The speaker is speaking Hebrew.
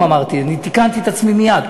כל יום, אמרתי, תיקנתי את עצמי מייד.